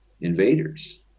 invaders